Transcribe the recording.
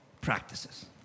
practices